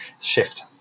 shift